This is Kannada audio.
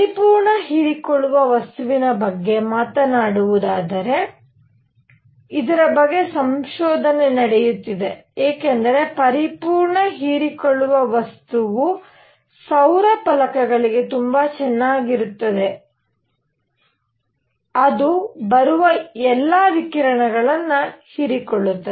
ಪರಿಪೂರ್ಣ ಹೀರಿಕೊಳ್ಳುವ ವಸ್ತುವಿನ ಬಗ್ಗೆ ಮಾತನಾಡುವುದಾದರೆ ಇದರ ಬಗ್ಗೆ ಸಂಶೋಧನೆ ನಡೆಯುತ್ತಿದೆ ಏಕೆಂದರೆ ಪರಿಪೂರ್ಣ ಹೀರಿಕೊಳ್ಳುವ ವಸ್ತುವು ಸೌರ ಫಲಕಗಳಿಗೆ ತುಂಬಾ ಚೆನ್ನಾಗಿರುತ್ತದೆ ಏಕೆಂದರೆ ಅದು ಬರುವ ಎಲ್ಲಾ ವಿಕಿರಣಗಳನ್ನು ಹೀರಿಕೊಳ್ಳುತ್ತದೆ